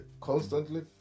constantly